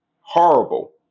horrible